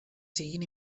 siguin